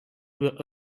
were